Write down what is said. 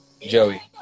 Joey